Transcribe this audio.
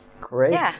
Great